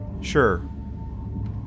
Sure